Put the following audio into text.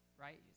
right